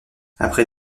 après